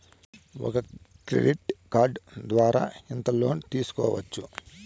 ఒక credit card ద్వారా ఎంత లోను తీసుకోవచ్చు?